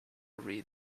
read